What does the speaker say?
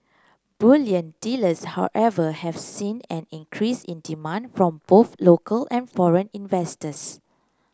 bullion dealers however have seen an increase in demand from both local and foreign investors